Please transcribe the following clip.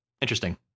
interesting